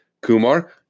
Kumar